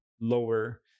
lower